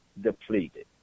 depleted